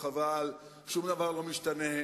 חבל, שום דבר לא משתנה,